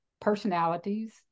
personalities